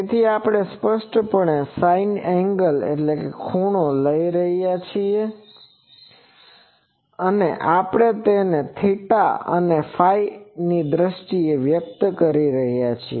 તેથી આપણે સ્પષ્ટપણે sin એંગલangleખૂણો લખી રહ્યા છીએ અને આપણે તેને θ અને ϕની દ્રષ્ટિએ વ્યક્ત કરી રહ્યા છીએ